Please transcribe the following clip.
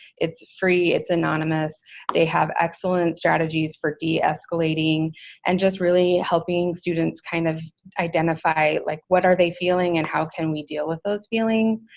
it's free, it's anonymous they have excellent strategies for de-escalating and just really helping students kind of identify like, what are they feeling, and how can we deal with those feelings?